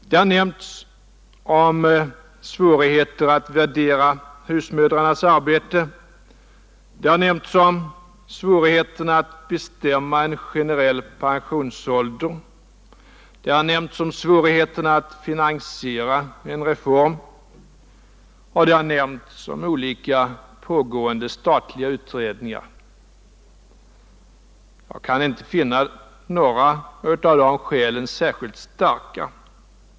Man har nämnt svårigheten att värdera husmödrarnas arbete, svårigheten att bestämma en generell pensionsålder, svårigheten att finansiera en reform och man har nämnt olika pågående statliga utredningar. Jag kan inte finna några av de skälen särskilt starka.